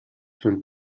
von